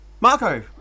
marco